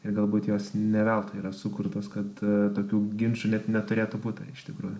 ir galbūt jos ne veltui yra sukurtos kad tokių ginčų net neturėtų būti iš tikrųjų